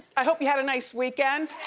i hope you had a nice weekend.